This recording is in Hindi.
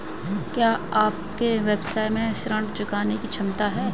क्या आपके व्यवसाय में ऋण चुकाने की क्षमता है?